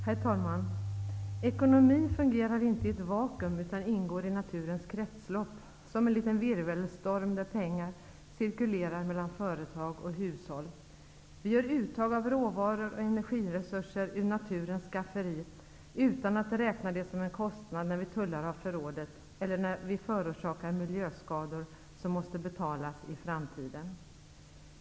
Herr talman! Ekonomin fungerar inte i ett vakuum, utan ingår i naturens kretslopp som en liten virvelstorm där pengar cirkulerar mellan företag och hushåll. Vi gör uttag av råvaror och energiresurser ur naturens skafferi utan att räkna det som en kostnad när vi tullar av förrådet eller när vi förorsakar miljöskador som måste betalas i framtiden.